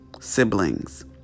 siblings